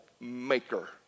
maker